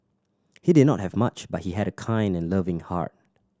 he did not have much but he had a kind and loving heart